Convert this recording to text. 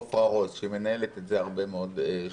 עופרה רוס, שהיא מנהלת את זה הרבה מאוד שנים.